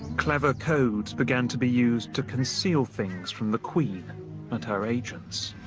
clever codes began to be used to conceal things from the queen and her agents.